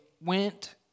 went